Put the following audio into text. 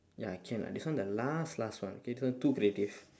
ya can ah this one the last last one okay this one too creative